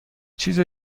چیز